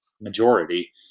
majority